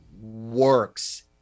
works